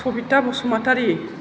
Sabita Basumatary